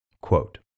Quote